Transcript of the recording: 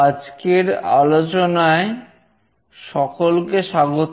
আজকের আলোচনায় সকলকে স্বাগত